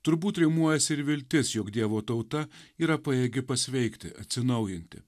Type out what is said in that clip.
turbūt rimuojasi ir viltis jog dievo tauta yra pajėgi pasveikti atsinaujinti